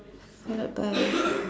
salad buy